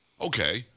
Okay